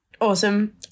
Awesome